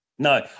No